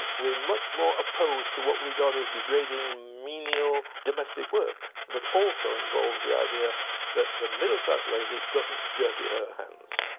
we're much more opposed to what we regard as degrading, menial domestic work, that but also involves the idea that the middle class lady doesn't dirty her hands.